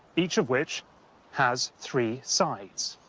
each of which has three sides.